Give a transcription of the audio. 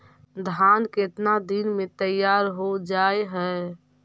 धान केतना दिन में तैयार हो जाय है?